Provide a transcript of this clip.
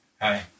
Hi